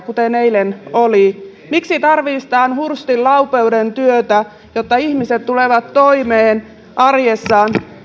kuten eilen oli miksi tarvitaan hurstin laupeudentyötä jotta ihmiset tulevat toimeen arjessaan